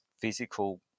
physical